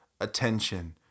attention